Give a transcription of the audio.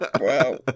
Wow